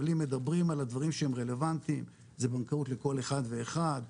אבל אם מדברים על הדברים שהם רלוונטיים זה בנקאות לכל אחד ואחד,